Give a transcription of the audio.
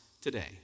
today